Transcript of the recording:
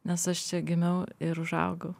nes aš čia gimiau ir užaugau